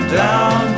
down